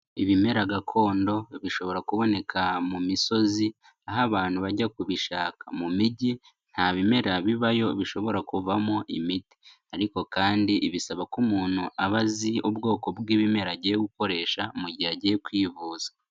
Ibimera gakondo bishobora kuboneka mu misozi aho abantu bajya kubishaka, mu mijyi nta bimera bibayo bishobora kuvamo imiti ariko kandi bisaba ko umuntu aba azi ubwoko bw'ibimera agiye gukoresha mu gihe agiye kwivuza.